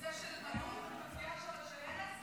ההצעה להעביר את הצעת חוק